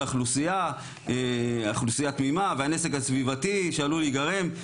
אוכלוסיה תמימה והנזק הסביבתי שעלול להיגרם,